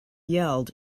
yelled